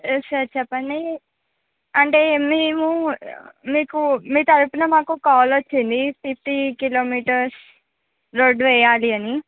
sir చెప్పండి అంటే మేము మీకు మీ తరఫున మాకు కాల్ వచ్చింది ఫిఫ్టీ కిలోమీటర్స్ రోడ్డు వెయ్యాలి అని